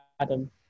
Adam